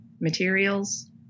materials